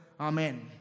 Amen